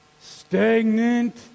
stagnant